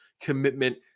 commitment